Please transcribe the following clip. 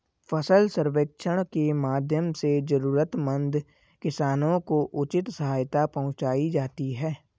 फसल सर्वेक्षण के माध्यम से जरूरतमंद किसानों को उचित सहायता पहुंचायी जाती है